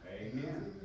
Amen